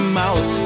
mouth